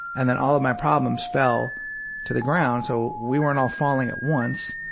and then all of my problems fell to the ground, so we weren't all falling at once.